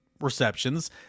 receptions